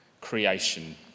creation